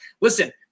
Listen